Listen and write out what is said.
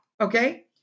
okay